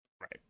Right